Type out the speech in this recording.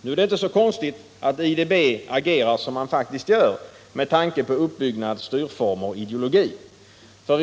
Nu är det inte så konstigt, med tanke på IDB:s uppbyggnad, styrformer och ideologi, att banken agerar som den gör.